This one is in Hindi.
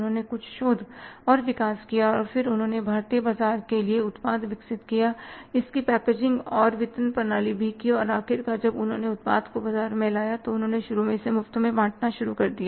उन्होंने कुछ शोध और विकास किया और फिर उन्होंने भारतीय बाजार के लिए उत्पाद विकसित कियाइसकी पैकेजिंग और वितरण प्रणाली भी और आखिरकार जब उन्होंने उत्पाद को बाजार में लाया तो उन्होंने शुरू में इसे मुफ्त में बाँटना शुरू किया